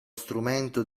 strumento